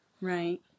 Right